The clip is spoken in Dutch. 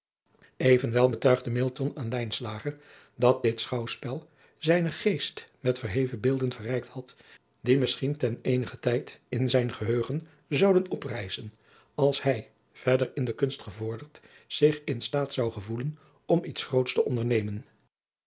evenwel betuigde milton aan lijnslager dat dit schouwspel zijnen geest met verheven beelden verrijkt had die misschien ten eenigen tijd in zijn geheugen zouden oprijzen als hij verder in de adriaan loosjes pzn het leven van maurits lijnslager kunst gevorderd zich in slaat zou gevoelen om iets groots te ondernemen